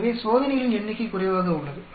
எனவே சோதனைகளின் எண்ணிக்கை குறைவாக உள்ளது